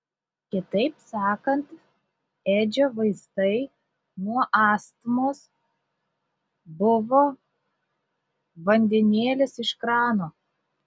kitaip sakant edžio vaistai nuo astmos buvo vandenėlis iš krano